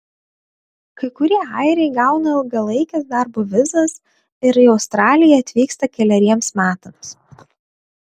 kai kurie airiai gauna ilgalaikes darbo vizas ir į australiją atvyksta keleriems metams